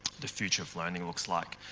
the future of learning look like?